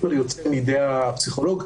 יוצא מידי הפסיכולוג,